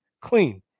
clean